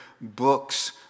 books